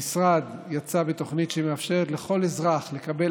המשרד יצא בתוכנית שמאפשרת לכל אזרח לקבל